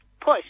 push